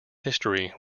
history